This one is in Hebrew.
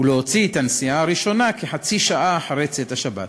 ולהוציא את הנסיעה הראשונה כחצי שעה אחרי צאת השבת.